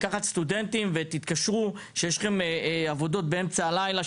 לקחת סטודנטים ותתקשרו כשיש לכם עבודות באמצע הלילה,